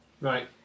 Right